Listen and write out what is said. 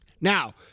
Now